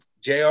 Jr